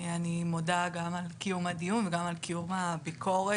אני מודה גם על קיום הדיון וגם על קיום הביקורת,